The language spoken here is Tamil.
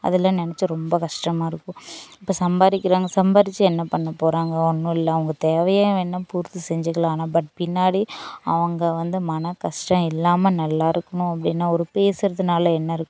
அதெல்லாம் நினச்சா ரொம்ப கஷ்டமாக இருக்கும் இப்போ சம்பாதிக்கிறாங்க சம்பாதிச்சி என்ன பண்ணப் போகிறாங்க ஒன்றும் இல்லை அவங்க தேவையை வேணுணா பூர்த்தி செஞ்சுக்கலாம் ஆனால் பட் பின்னாடி அவங்க வந்து மனக் கஷ்டம் இல்லாமல் நல்லா இருக்கணும் அப்படின்னா ஒரு பேசுறதினால என்ன இருக்கு